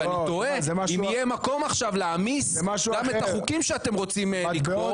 ואני תוהה אם יהיה מקום עכשיו להעמיס גם את החוקים שאתם רוצים לקבור.